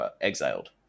exiled